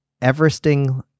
Everesting